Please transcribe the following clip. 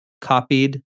copied